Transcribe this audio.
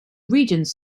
regions